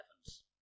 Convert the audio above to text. heavens